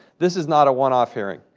this is not a one-off hearing.